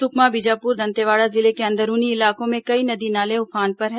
सुकमा बीजापुर दंतेवाड़ा जिले के अंदरूनी इलाकों में कई नदी नाले उफान पर हैं